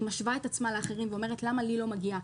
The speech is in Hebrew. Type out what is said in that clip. היא משווה את עצמה לאחרים ואומרת: למה לי לא מגיע?